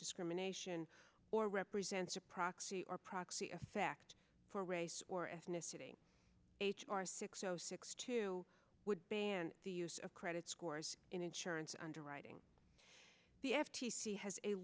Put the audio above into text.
discrimination or represents a proxy or proxy effect for race or ethnicity h r six zero six two would ban the use of credit scores in insurance underwriting the f t c has a